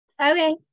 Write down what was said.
Okay